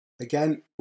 Again